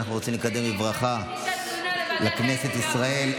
אנחנו רוצים לקדם בברכה לכנסת ישראל,